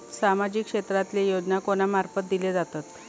सामाजिक क्षेत्रांतले योजना कोणा मार्फत दिले जातत?